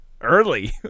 Early